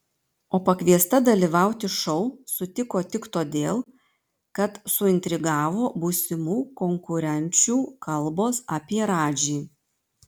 o pakviesta dalyvauti šou sutiko tik todėl kad suintrigavo būsimų konkurenčių kalbos apie radžį